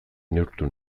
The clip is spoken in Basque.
neurtu